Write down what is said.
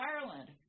Ireland